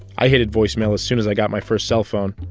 i hated voicemail as soon as i got my first cellphone.